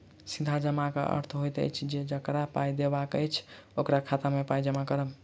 सीधा जमाक अर्थ होइत अछि जे जकरा पाइ देबाक अछि, ओकरा खाता मे पाइ जमा करब